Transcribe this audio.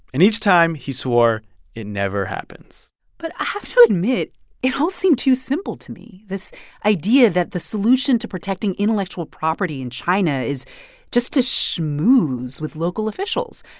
and each time, he swore it never happens but i have to admit it all seemed too simple to me this idea that the solution to protecting intellectual property in china is just to schmooze with local officials.